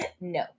no